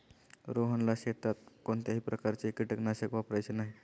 रोहनला शेतात कोणत्याही प्रकारचे कीटकनाशक वापरायचे नाही